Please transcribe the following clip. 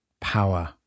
power